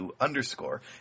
underscore